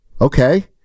Okay